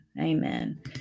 Amen